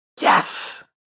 Yes